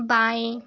बाएँ